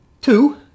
Two